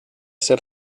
ser